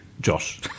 Josh